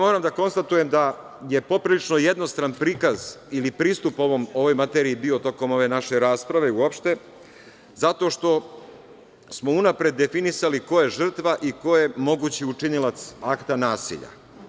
Moram da konstatujem da je poprilično jednostran prikaz ili pristup ovoj materiji bio tokom ove naše rasprave i uopšte zato što smo unapred definisali ko je žrtva i ko je mogući učinilac akta nasilja.